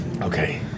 Okay